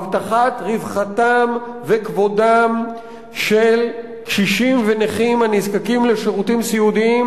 הבטחת רווחתם וכבודם של קשישים ונכים הנזקקים לשירותים סיעודיים,